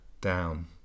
down